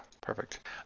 perfect